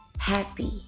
Happy